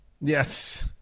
Yes